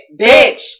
bitch